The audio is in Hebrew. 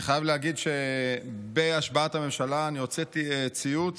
אני חייב להגיד שבהשבעת הממשלה אני הוצאתי ציוץ